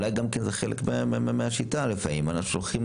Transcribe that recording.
אולי גם זה חלק מהשיטה לפעמים, שולחים